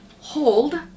hold